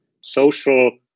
social